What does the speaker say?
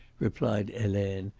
replied helene,